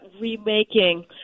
remaking